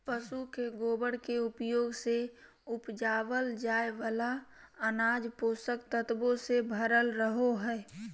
पशु के गोबर के उपयोग से उपजावल जाय वाला अनाज पोषक तत्वों से भरल रहो हय